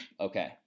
okay